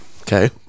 Okay